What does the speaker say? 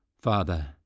Father